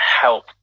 help